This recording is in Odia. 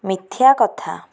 ମିଥ୍ୟା କଥା